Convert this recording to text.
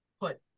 put